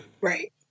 Right